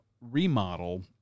remodel